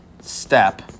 step